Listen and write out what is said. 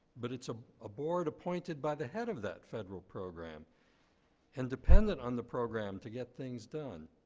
but it's a ah board appointed by the head of that federal program and dependent on the program to get things done.